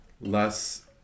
less